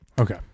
Okay